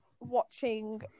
watching